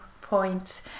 point